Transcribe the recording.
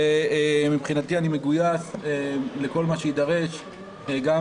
ומבחינתי אני מגויס לכל מה שיידרש גם